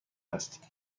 هستید